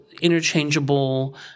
interchangeable